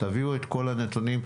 תביאו את כל הנתונים.